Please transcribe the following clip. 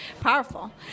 powerful